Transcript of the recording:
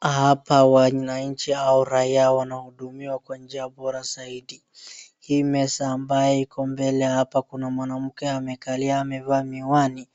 Hapa wananchi au raia wanahudumiwa kwa njia bora zaidi. Hii meza ambaye iko mbele hapa kuna mwanamke amekalia amevaa miwani.